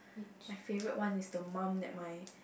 my favourite one is the mum that my